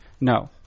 No